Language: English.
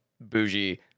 bougie